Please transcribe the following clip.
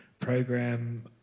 program